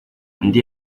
undi